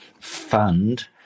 fund